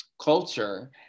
culture